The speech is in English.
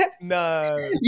No